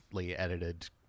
edited